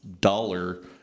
dollar